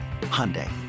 Hyundai